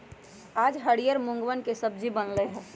आज हरियर मूँगवन के सब्जी बन लय है